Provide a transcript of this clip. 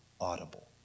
audible